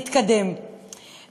ייתכן שניתן היה למנוע.